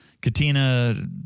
Katina